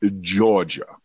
Georgia